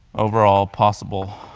overall possible